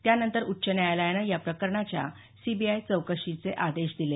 त्यानंतर उच्च न्यायालयानं या प्रकरणाच्या सीबीआय चौकशीचे आदेश दिल